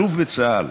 אלוף בצה"ל